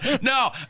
No